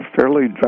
fairly